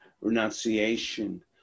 renunciation